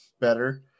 better